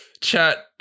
chat